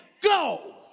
Go